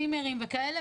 צימרים וכאלה,